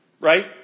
right